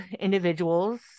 individuals